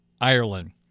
Ireland